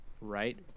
Right